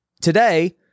today